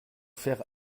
faire